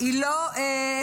היא לא פריבילגיה,